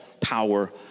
power